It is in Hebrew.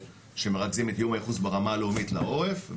שמרכזים את איום הייחוס ברמה הלאומית לעורף,